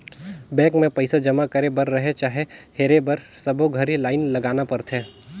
bank मे पइसा जमा करे बर रहें चाहे हेरे बर सबो घरी लाइन लगाना परथे